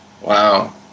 Wow